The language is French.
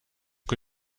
que